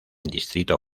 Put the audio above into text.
distrito